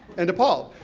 and appalled.